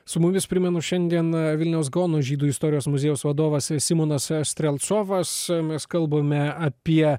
su mumis primenu šiandien vilniaus gaono žydų istorijos muziejaus vadovas simonas strelcovas mes kalbame apie